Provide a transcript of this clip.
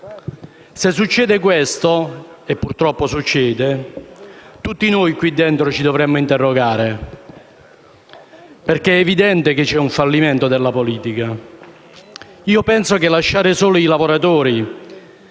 Se succede questo - come purtroppo accade - tutti noi qui dentro dovremmo interrogarci, perché è evidente che c'è un fallimento della politica. Credo che lasciare da soli i lavoratori,